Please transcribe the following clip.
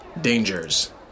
dangers